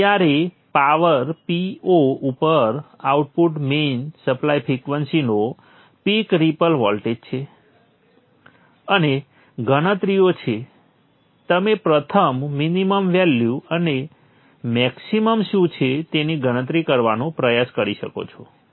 Vr એ power Po ઉપર output main supply ફ્રીક્વન્સીનો પીક રિપલ વોલ્ટેજ છે અને ગણતરીઓ છે તમે પ્રથમ મિનિમમ વેલ્યુ અને મેક્સીમમ શું છે તેની ગણતરી કરવાનો પ્રયાસ કરી શકો છો